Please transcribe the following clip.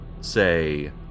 say